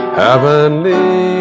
heavenly